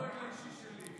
אישי שלי,